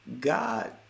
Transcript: God